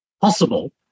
possible